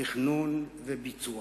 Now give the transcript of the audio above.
תכנון וביצוע.